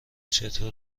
چطور